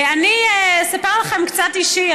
אני אספר לכם משהו קצת אישי.